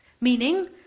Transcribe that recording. Meaning